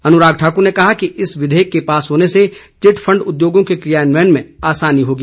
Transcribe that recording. अनुराग ठाकुर ने कहा कि इस विधेयक के पास होने से चिटफंड उद्योगों के क्रियान्वयन में आसानी होगी